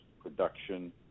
production